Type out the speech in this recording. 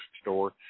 store